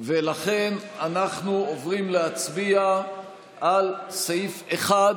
ולכן אנחנו עוברים להצביע על סעיף 1,